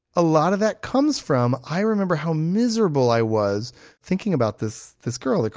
a lot of that comes from i remember how miserable i was thinking about this this girl, ah